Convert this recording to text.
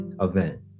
event